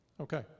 Okay